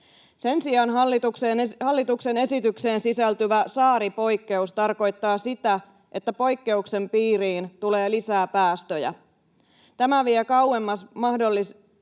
Sen sijaan hallituksen esitykseen sisältyvä saaripoikkeus tarkoittaa sitä, että poikkeuksen piiriin tulee lisää päästöjä. Tämä vie kauemmas mahdollisimman